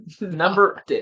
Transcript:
Number